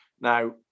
Now